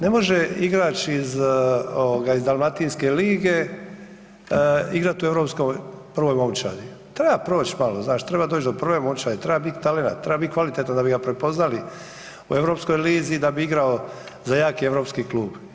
Ne može igrač iz ovoga iz dalmatinske lige igrat u europskoj prvoj momčadi, treba proć malo, znaš treba doć do prve momčadi, treba bit talenat, treba bit kvalitetan da bi ga prepoznali u europskoj lizi, da bi igrao za jaki europski klub.